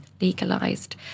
legalised